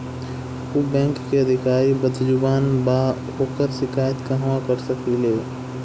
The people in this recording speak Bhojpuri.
उ बैंक के अधिकारी बद्जुबान बा ओकर शिकायत कहवाँ कर सकी ले